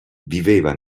viveva